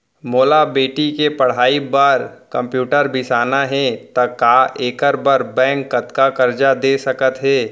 मोला बेटी के पढ़ई बार कम्प्यूटर बिसाना हे त का एखर बर बैंक कतका करजा दे सकत हे?